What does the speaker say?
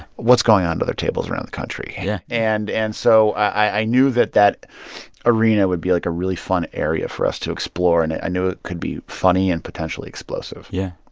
what's going on at other tables around the country? yeah and and so i knew that that arena would be, like, a really fun area for us to explore. and i knew it could be funny and potentially explosive yeah.